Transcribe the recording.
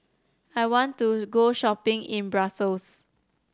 I want to go shopping in Brussels